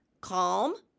calm